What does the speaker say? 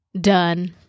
done